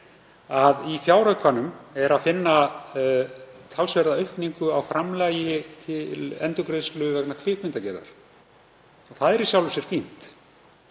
Í fjáraukanum er að finna talsverða aukningu á framlagi til endurgreiðslu vegna kvikmyndagerðar. Það er í sjálfu sér fínt.